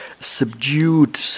subdued